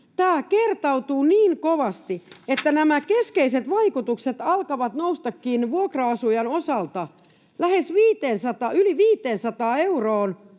Tämä kertautuu niin kovasti, että nämä keskeiset vaikutukset alkavatkin nousta vuokra-asujan osalta 200:sta 500 euroon